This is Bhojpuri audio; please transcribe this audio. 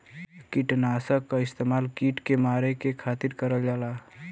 किटनाशक क इस्तेमाल कीट के मारे के खातिर करल जाला